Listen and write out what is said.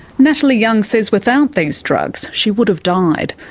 natalie young says without these drugs, she would have died.